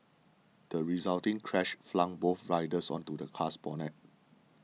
the resulting crash flung both riders onto the car's bonnet